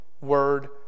word